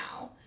now